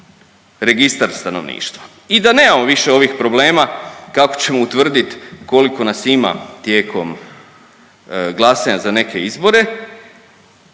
registar stanovništva i da nemamo više ovih problema kako ćemo utvrditi koliko nas ima tijekom glasanja za neke izbore,